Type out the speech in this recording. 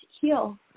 heal